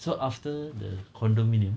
so after the condominium